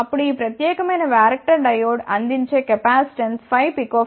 అప్పుడు ఈ ప్రత్యేకమైన వ్యారక్టర్ డయోడ్ అందించే కెపాసిటెన్స్ 5 pF